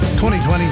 2020